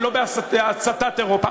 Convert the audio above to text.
ולא בהצתת אירופה.